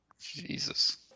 Jesus